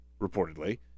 reportedly